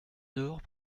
dehors